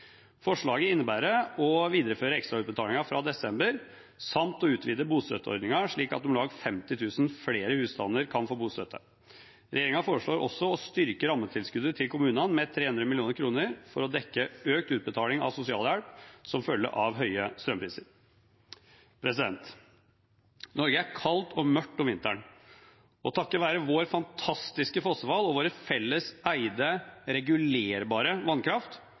Forslaget innebærer å videreføre ekstra utbetalinger fra desember samt å utvide bostøtteordningen, slik at om lag 50 000 flere husstander kan få bostøtte. Regjeringen foreslår også å styrke rammetilskuddet til kommunene med 300 mill. kr for å dekke økt utbetaling av sosialhjelp som følge av høye strømpriser. Norge er kaldt og mørkt om vinteren. Takket være våre fantastiske fossefall og vår felles eide regulerbare vannkraft